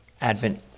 Advent-